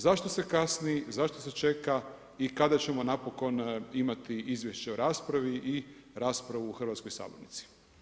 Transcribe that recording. Zašto se kasni, zašto se čeka i kada ćemo napokon imati izvješće o raspravi i raspravu u hrvatskoj sabornici?